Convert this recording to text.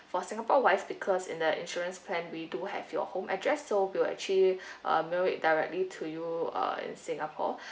for singapore wise because in the insurance plan we do have your home address so we'll actually mail it directly to you uh in singapore